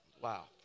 Wow